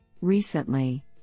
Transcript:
Recently